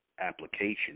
application